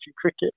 cricket